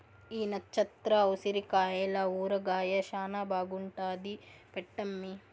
ఈ నచ్చత్ర ఉసిరికాయల ఊరగాయ శానా బాగుంటాది పెట్టమ్మీ